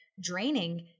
draining